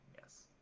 yes